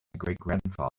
greatgrandfather